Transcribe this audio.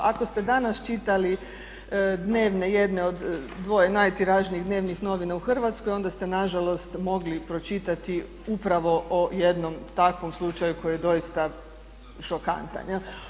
Ako ste danas čitali dnevne, jedne od dvoje najtiražnijih dnevnih novina u Hrvatskoj onda ste na žalost mogli pročitati upravo o jednom takvom slučaju koji je doista šokantan.